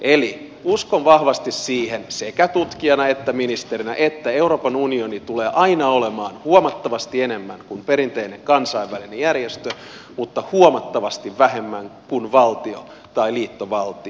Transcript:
eli uskon vahvasti siihen sekä tutkijana että ministerinä että euroopan unioni tulee aina olemaan huomattavasti enemmän kuin perinteinen kansainvälinen järjestö mutta huomattavasti vähemmän kuin valtio tai liittovaltio